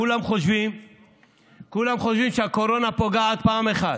כולם חושבים שהקורונה פוגעת פעם אחת.